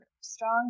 strong